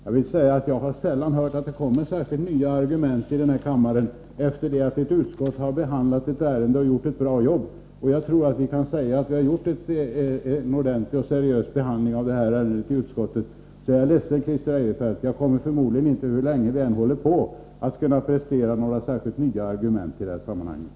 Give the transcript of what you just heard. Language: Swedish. Jag har sällan hört att det kommer särskilt nya argument här i kammaren efter det att ett utskott har behandlat ett ärende och gjort ett bra jobb. Och jag tror att vi kan säga att vi har gett det här ärendet en ordentlig och seriös behandling i utskottet. Jag är ledsen, Christer Eirefelt, men jag kommer förmodligen inte, hur länge vi än håller på, att prestera några särskilt nya argument i det här sammanhanget.